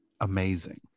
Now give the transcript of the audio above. amazing